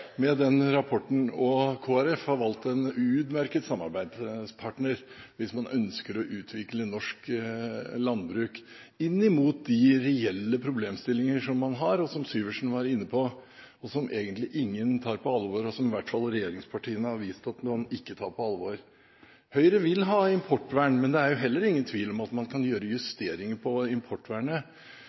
med den rapporten. Kristelig Folkeparti har valgt en utmerket samarbeidspartner hvis man ønsker å utvikle norsk landbruk inn mot de reelle problemstillinger som man har, som Syversen var inne på, som ingen egentlig tar på alvor, og som i hvert fall regjeringspartiene har vist at man ikke tar på alvor. Høyre vil ha importvern – men det er heller ingen tvil om at man kan gjøre justeringer på importvernet